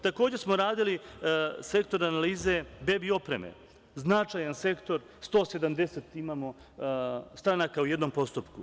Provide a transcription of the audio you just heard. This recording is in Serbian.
Takođe smo radili sektor analize bebi opreme, značajan sektor, imamo 170 stranaka u jednom postupku.